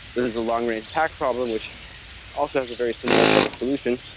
is a long-range tact problem, which all sounds very similar to have a solution,